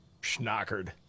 schnockered